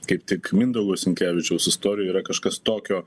kaip tik mindaugo sinkevičiaus istorijoj yra kažkas tokio